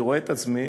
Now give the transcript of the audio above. אני רואה את עצמי